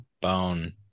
bone